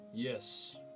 Yes